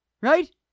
right